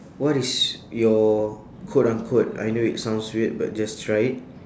what is your quote unquote I know it sounds weird but just try it